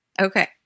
Okay